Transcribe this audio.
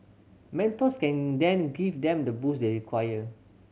mentors can then give them the boost they require